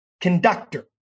conductor